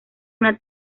una